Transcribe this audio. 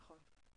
נכון.